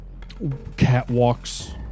Catwalks